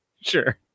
Sure